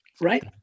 right